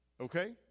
Okay